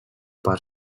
per